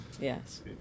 Yes